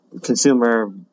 consumer